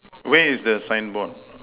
where is the signboard